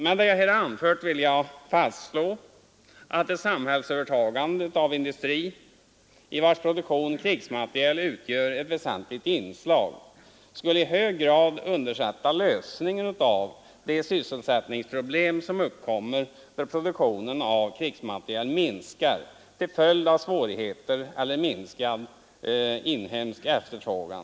Med det jag här har anfört vill jag fastslå att ett samhällsövertagande Nr 34 av industri, i vars produktion krigsmateriel utgör ett väsentligt inslag, Torsdagen den skulle i hög grad underlätta lösningen av de sysselsättningsproblem som 1 mars 1973 uppkommer då produktionen av krigsmateriel sjunker till följd av Åtedteler för att s exportsvårigheter eller minskad inhemsk efterfrågan.